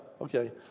Okay